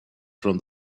from